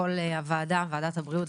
כל הוועדה ועדת הבריאות,